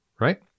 right